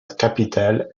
capitale